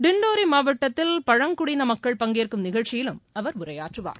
திந்தோரி மாவட்டத்தில் பழங்குடியின மக்கள் பங்கேற்கும் நிகழ்ச்சியிலும் அவர் உரையாற்றுவார்